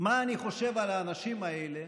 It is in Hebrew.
מה אני חושב על האנשים האלה,